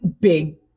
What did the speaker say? big